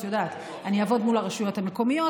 אני אעבוד מול הרשויות המקומיות,